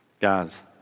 Guys